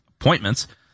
appointments